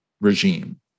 regime